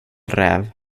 räv